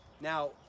Now